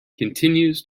continues